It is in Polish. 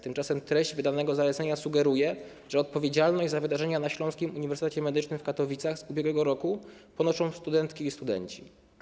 Tymczasem treść wydanego zalecenia sugeruje, że odpowiedzialność za wydarzenia na Śląskim Uniwersytecie Medycznym w Katowicach z ubiegłego roku ponoszą studentki i studenci.